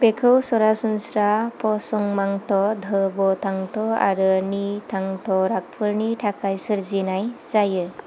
बेखौ सरासनस्रा पचंमांत्य' धोबतांत' आरो निथांत' रागफोरनि थाखाय सोरजिनाय जायो